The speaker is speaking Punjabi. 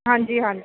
ਹਾਂਜੀ ਹਾਂਜੀ